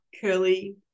curly-